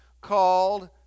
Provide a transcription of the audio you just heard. called